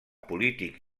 polític